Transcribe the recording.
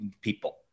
people